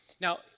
Now